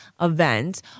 event